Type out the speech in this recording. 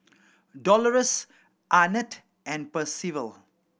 Dolores Arnett and Percival